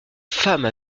femme